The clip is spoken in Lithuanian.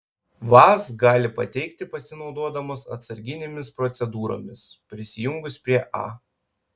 vaz gali pateikti pasinaudodamos atsarginėmis procedūromis prisijungus prie a